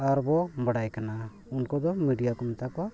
ᱟᱨᱵᱚ ᱵᱟᱲᱟᱭ ᱠᱟᱱᱟ ᱩᱱᱠᱩ ᱫᱚ ᱢᱤᱰᱤᱭᱟ ᱠᱚ ᱢᱮᱛᱟ ᱠᱚᱣᱟ